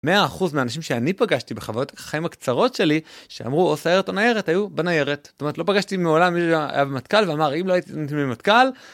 100% מהאנשים שאני פגשתי בחוויות חיים הקצרות שלי שאמרו או סיירת או ניירת היו בניירת. זאת אומרת לא פגשתי מעולם מי שהיה במטכל ואמר אם לא הייתי במטכל.